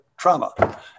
trauma